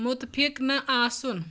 مُتفِق نہ آسُن